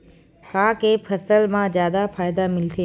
का के फसल मा जादा फ़ायदा मिलथे?